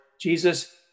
Jesus